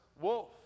wolf